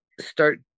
start